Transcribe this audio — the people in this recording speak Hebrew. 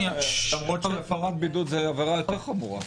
למרות שהפרת בידוד זאת הפרה יותר חמורה.